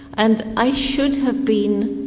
and i should have been